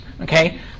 okay